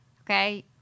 Okay